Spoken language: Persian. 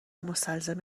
مستلزم